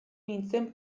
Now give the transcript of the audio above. nintzen